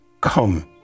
Come